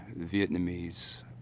Vietnamese